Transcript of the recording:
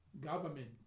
government